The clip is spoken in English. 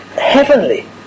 heavenly